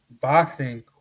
boxing